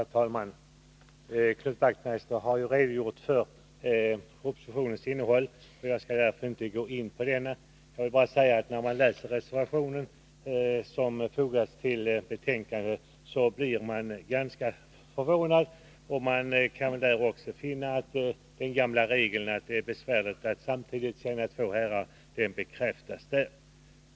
Herr talman! Knut Wachtmeister har redogjort för propositionens innehåll. Jag skall därför inte gå in på den. När man läser reservationen som fogats till betänkandet, blir man ganska förvånad. Där bekräftas också den gamla regeln att det är besvärligt att samtidigt tjäna två herrar.